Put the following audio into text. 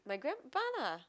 my grandpa lah